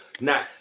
now